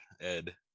Ed